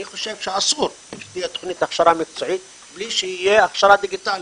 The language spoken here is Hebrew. אני חושב שאסור שתהיה תכנית להכשרה מקצועית בלי שתהיה הכשרה דיגיטלית.